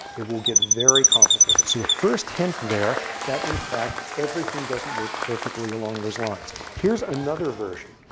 it will get very complicated. so a first hint there that, in fact, everything doesn't work perfectly along those lines. here's another version.